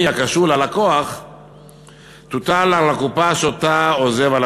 הקשור ללקוח תוטל על הקופה שהלקוח עוזב.